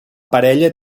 parella